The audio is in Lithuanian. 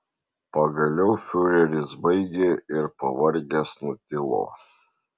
pagaliau fiureris baigė ir pavargęs nutilo